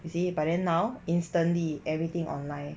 you see but then now instantly everything online